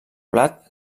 blat